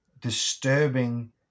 disturbing